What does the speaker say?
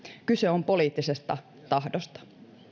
kyse on poliittisesta tahdosta